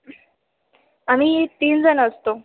आम्ही तीन जणं असतो